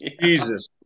jesus